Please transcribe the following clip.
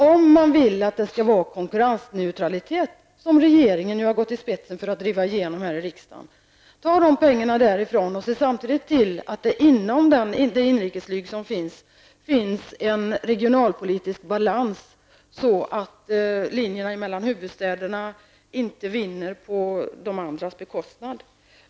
Om man vill att det skall vara konkurrensneutralitet, något som regeringen nu har gått i spetsen för att driva igenom här i riksdagen, ta då pengarna därifrån och se samtidigt till att det inom det inrikesflyg som vi har finns en regionalpolitisk balans så, att linjerna mellan huvudstäderna inte vinner på andras bekostnad.